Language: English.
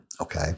okay